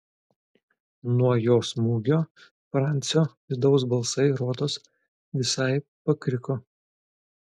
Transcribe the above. nuo jo smūgių francio vidaus balsai rodos visai pakriko